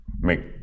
make